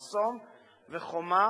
מחסום וחומה,